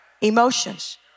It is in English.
emotions